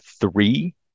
three